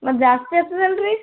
ಮತ್ತು ಜಾಸ್ತಿ ಆಗ್ತದಲ್ಲ ರೀ